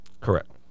Correct